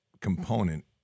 component